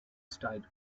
styled